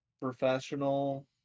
professional